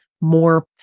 more